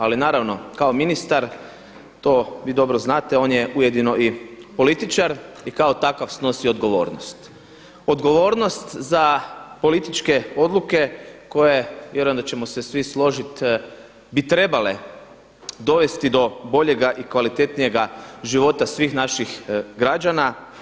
Ali naravno kao ministar to vi dobro znate on je ujedno i političar i kao takav snosi odgovornost, odgovornost za političke odluke koje vjerujem da ćemo se svi složiti bi trebale dovesti do boljega i kvalitetnijega života svih naših građana.